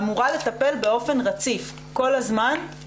אמורה לטפל באופן רציף כל הזמן,